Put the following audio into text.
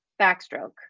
backstroke